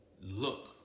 Look